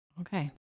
Okay